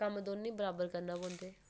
कम्म दोनें गी बराबर करना पौंदा